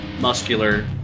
muscular